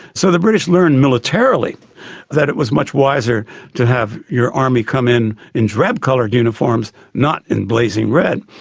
so the british learned militarily that it was much wiser to have your army come in in drab-coloured uniforms, not in blazing red.